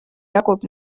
jagub